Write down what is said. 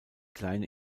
kleine